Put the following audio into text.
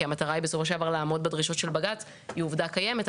כי המטרה בסופו של דבר לעמוד בדרישות של בג"ץ היא עובדה קיימת.